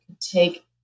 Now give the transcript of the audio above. take